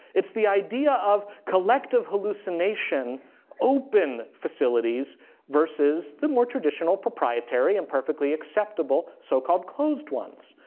it's the idea of collective hallucination open facilities versus the more traditional proprietary and perfectly acceptable so-called closed ones.